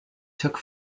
took